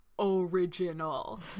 original